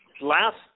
last